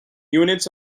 units